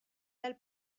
del